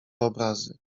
obrazy